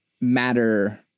matter